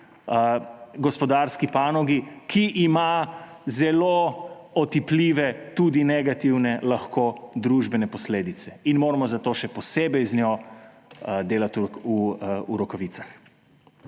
gospodarski panogi, ki ima zelo otipljive, tudi negativne lahko, družbene posledice; in moramo zato še posebej z njo delati v rokavicah.